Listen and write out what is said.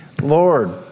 Lord